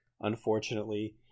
unfortunately